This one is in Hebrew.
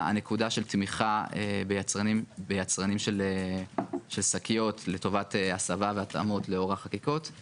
שאלה שעלתה פה כשהיית בוועדת שרים היתה לגבי אפשרות האכיפה של החוק